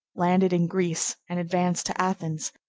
landed in greece, and advanced to athens,